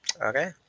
Okay